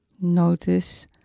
Notice